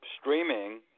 streaming